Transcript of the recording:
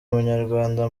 umunyarwanda